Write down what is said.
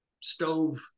stove